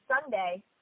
Sunday